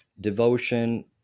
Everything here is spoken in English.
devotion